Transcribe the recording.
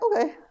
okay